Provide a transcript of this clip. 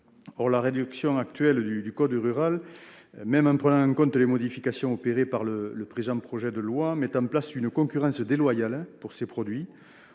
Or la rédaction actuelle du code rural, même en prenant en compte les modifications opérées par le présent projet de loi, met en place une concurrence déloyale pour ces produits